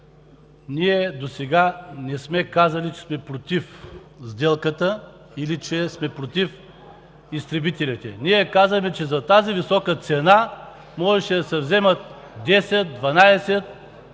ние досега не сме казвали, че сме против сделката, или че сме против изтребителите. Ние казахме, че за тази висока цена можеше да се вземат десет,